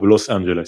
ובלוס אנג'לס.